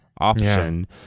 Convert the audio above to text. option